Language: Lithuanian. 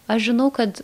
aš žinau kad